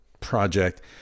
project